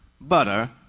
butter